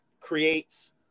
creates